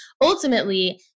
ultimately